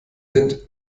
sind